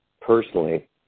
personally